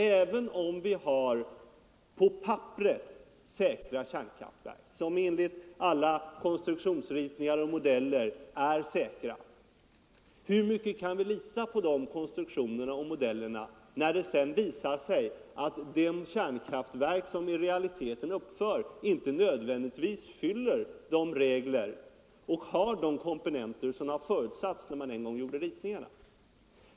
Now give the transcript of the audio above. Även om vi har kärnkraftverk som enligt alla konstruktionsritningar och modeller är säkra på papperet, hur mycket kan vi lita på de konstruktionsritningarna och modellerna när det sedan visar sig att de kärnkraftverk som i realiteten uppförs inte nödvändigtvis fyller de krav och har de komponenter som förutsattes när man en gång gjorde ritningarna?